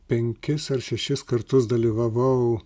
penkis ar šešis kartus dalyvavau